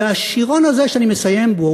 והשירון הזה שאני מסיים בו,